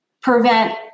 prevent